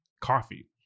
coffee